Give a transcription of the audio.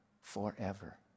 forever